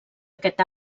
aquest